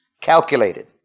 calculated